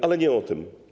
Ale nie o tym.